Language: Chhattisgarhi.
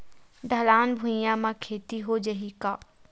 ढलान भुइयां म खेती हो जाही का?